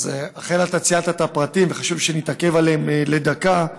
אכן, ציינת את הפרטים, וחשוב שנתעכב עליהם לדקה.